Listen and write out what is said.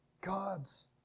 God's